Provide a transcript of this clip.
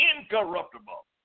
incorruptible